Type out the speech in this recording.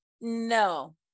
no